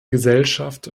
gesellschaft